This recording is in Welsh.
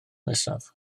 nesaf